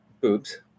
boobs